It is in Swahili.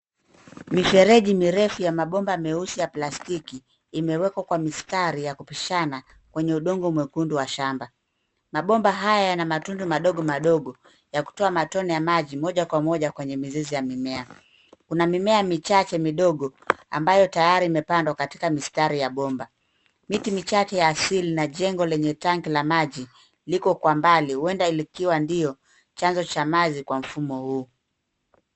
Mifereji mirefu ya mabomba meusi ya plastiki imewekwa kwa mistari ya kupishana kwenye udongo mwekundu wa shamba. Mabomba haya yana matundu madogo madogo yakutoa matone ya maji moja kwa moja kwenye mizizi ya mimea. Kuna mimea michache midogo ambayo tayari imepandwa katika mistari ya bomba. Miti michache ya asili na jengo lenye tanki la maji liko kwa mbali huenda likiwa ndio chanzo cha maji kwa mfumo huu.